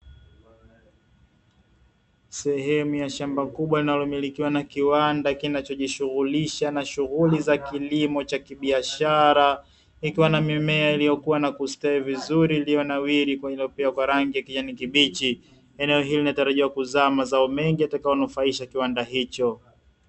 Sehemu ya shamba kubwa inayomilikiwa na kiwanda kinachojishughulisha na shughuli za kilimo cha kibiashara ikiwa na mimea iliyokuwa na kustawi vizuri ilionawiri kwenye hilo pia kwa rangi ya kijani kibichi. Eneo hili linatarajiwa kuzama mengi atakayonufaisha kiwanda hicho.